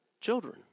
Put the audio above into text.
children